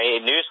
news